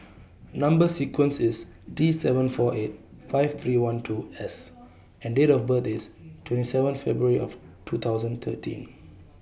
Number sequence IS T seven four eight five three one two S and Date of birth IS twenty seven February two thousand and thirteen